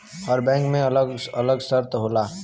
हर bank के अलग अलग शर्त होला